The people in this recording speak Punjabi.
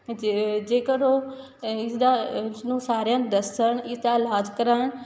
ਜੇ ਜੇਕਰ ਉਹ ਇਸਦਾ ਇਸਨੂੰ ਸਾਰਿਆਂ ਨੂੰ ਦੱਸਣ ਇਸਦਾ ਇਲਾਜ ਕਰਾਣ